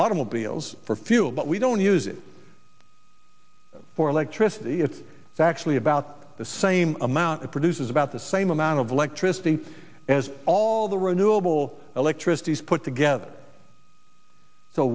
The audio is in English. automobiles for fuel but we don't use it for electricity it's actually about the same amount it produces about the same amount of electricity as all the renewable electricity is put together so